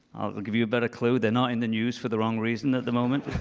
i'll give you a better clue. they're not in the news for the wrong reason at the moment.